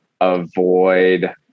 avoid